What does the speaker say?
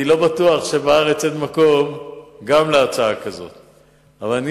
אני לא בטוח שאין מקום גם להצעה כזאת בארץ.